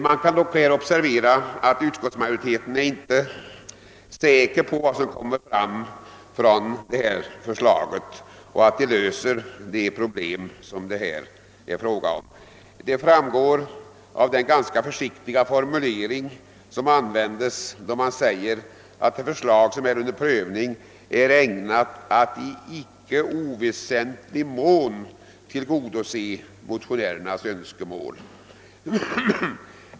Man kan dock observera att utskottsmajoriteten inte är säker på att detta förslag löser det problem som det här rör sig om; det framgår av den ganska försiktiga formuleringen att det förslag som är under prövning »är ägnat att i icke oväsentlig mån tillgodose motionärernas önskemål».